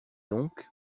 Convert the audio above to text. donc